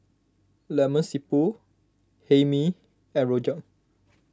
Lemak Siput Hae Mee and Rojak